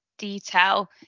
detail